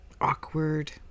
awkward